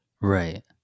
Right